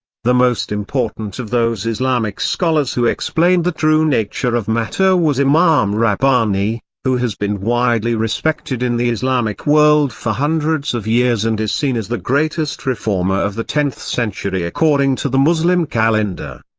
the most important of those islamic scholars who explained the true nature of matter was imam rabbani, who has been widely respected in the islamic world for hundreds of years and is seen as the greatest reformer of the tenth century according to the muslim calendar.